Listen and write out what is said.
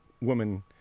woman